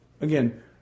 Again